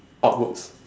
upwards